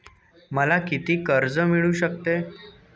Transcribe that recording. मला किती कर्ज मिळू शकते?